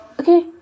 Okay